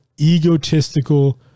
egotistical